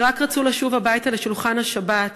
שרק רצו לשוב הביתה לשולחן השבת,